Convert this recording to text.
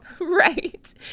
Right